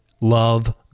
love